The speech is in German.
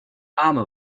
arme